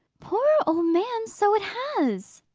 poor old man, so it has!